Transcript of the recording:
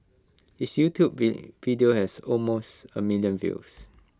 his YouTube video has almost A million views